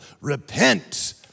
Repent